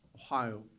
Ohio